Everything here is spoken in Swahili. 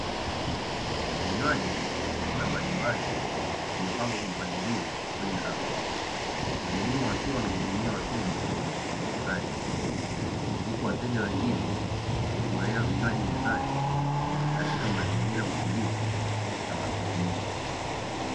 Vinywaji vya aina mbalimbali vimepangwa kwa mpangilio kwenye rafu. Mhudumu akiwa na hudumia wateja kwa ustadi, huku wateja wengine wakifurahia vinywaji mezani Katika mazingira ya utulivu na mazungumzo.